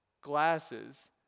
glasses